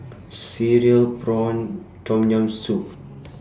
Cereal Prawns Tom Yam Soup